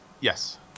Yes